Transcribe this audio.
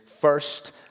first